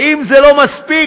ואם זה לא מספיק,